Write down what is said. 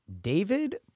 David